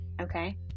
okay